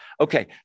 Okay